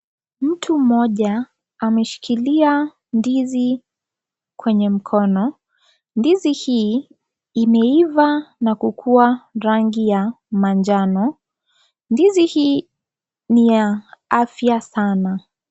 Mtu mmoja ameshikilia ndizi kwenye mkono , ndizi hiii imeiva na kukuwa rangi ya manjano ndizi hii ni ya afya sana